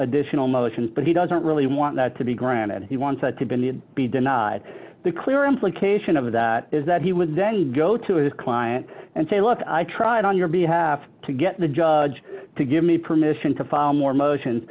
additional motions but he doesn't really want that to be granted he wanted to be denied the clear implication of that is that he would then go to his client and say look i tried on your behalf to get the judge to give me permission to file more motions